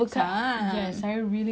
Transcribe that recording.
like scared